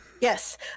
yes